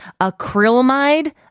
acrylamide